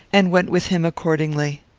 and went with him accordingly.